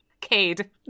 Cade